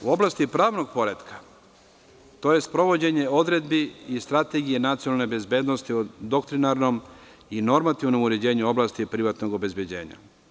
U oblasti pravnog poretka to je sprovođenje odredbi i Strategije nacionalne bezbednosti o doktrinarnom i normativnom uređenju u oblasti privatnog obezbeđenja.